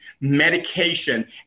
medication